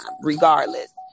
regardless